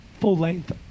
full-length